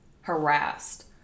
harassed